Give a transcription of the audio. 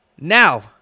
Now